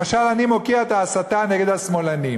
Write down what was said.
למשל, אני מוקיע את ההסתה נגד השמאלנים.